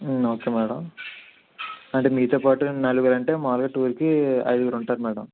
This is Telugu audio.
ఓకే మేడమ్ అంటే మీతో పాటు నలుగురు అంటే మాములుగా టూర్కి ఐదుగురు అంటారు మేడమ్